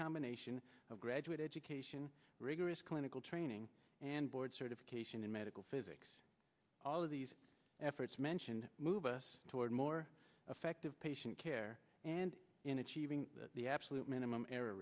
combination of graduate education rigorous clinical training and board certification in medical physics all of these efforts mentioned move us toward more effective patient care and in achieving the absolute minimum